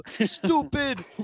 Stupid